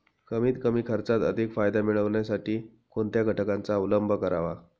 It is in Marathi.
कमीत कमी खर्चात अधिक फायदा मिळविण्यासाठी कोणत्या घटकांचा अवलंब करावा?